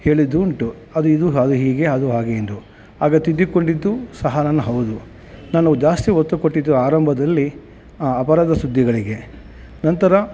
ಹೇಳಿದ್ದೂ ಉಂಟು ಅದು ಇದು ಹಾಗೆ ಹೀಗೆ ಅದು ಹಾಗೆ ಎಂದು ಆಗ ತಿದ್ದುಕೊಂಡಿದ್ದು ಸಹ ನಾನು ಹೌದು ನಾನು ಜಾಸ್ತಿ ಒತ್ತು ಕೊಟ್ಟಿದ್ದು ಆರಂಭದಲ್ಲಿ ಅಪರಾಧ ಸುದ್ದಿಗಳಿಗೆ ನಂತರ